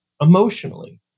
emotionally